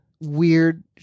weird